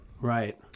Right